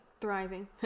Thriving